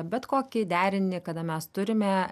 bet kokį derinį kada mes turime